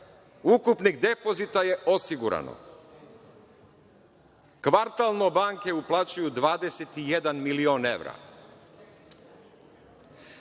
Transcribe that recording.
ukupnih depozita je osigurano, kvartalno, banke uplaćuju 21 milion evra,